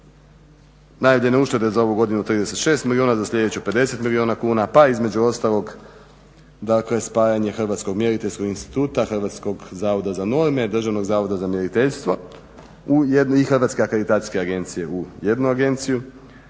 najavljene uštede za ovu godinu 36 milijuna, za sljedeću 50 milijuna kuna, pa između ostalog dakle spajanje Hrvatskog mjeriteljskog instituta, Hrvatskog zavoda za norme, Državnog zavoda za mjeriteljstvo i Hrvatske akreditacijske agencije u jednu agenciju.